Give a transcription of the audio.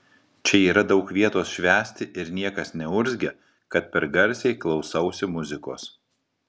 čia yra daug vietos švęsti ir niekas neurzgia kad per garsiai klausausi muzikos